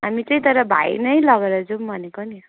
हामी चाहिँ तर भाइ नै लगेर जाऊ भनेको नि